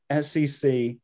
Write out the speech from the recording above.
SEC